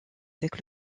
avec